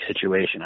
situation